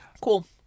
Cool